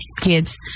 kids